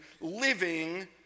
living